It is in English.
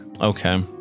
Okay